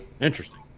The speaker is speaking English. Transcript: Interesting